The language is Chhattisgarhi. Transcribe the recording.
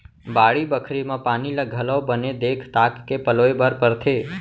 बाड़ी बखरी म पानी ल घलौ बने देख ताक के पलोय बर परथे